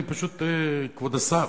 כבוד השר,